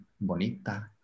bonita